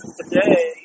today